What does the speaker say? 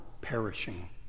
perishing